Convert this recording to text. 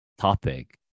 topic